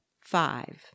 five